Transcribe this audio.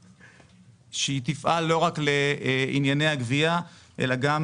שהיא תפעל לא רק לענייני הגבייה אלא גם